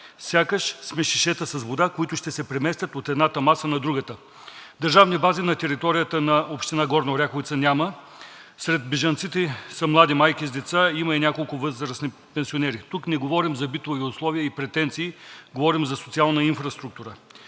Сякаш сме шишета с вода, които ще преместят от едната маса на другата?“ Държавни бази на територията на община Горна Оряховица няма. Сред бежанците са млади майки с деца, има и няколко възрастни пенсионери. Тук не говорим за битови условия и претенции, говорим за социална инфраструктура.